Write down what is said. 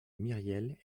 myriel